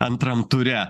antram ture